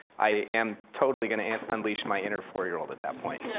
i am totally gonna unleash my inner four year old at that point.